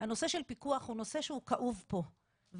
הנושא של פיקוח הוא נושא שהוא כאוב פה וקשה,